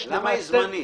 אבל למה היא זמנית?